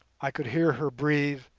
i could hear her breathe,